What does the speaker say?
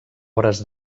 hores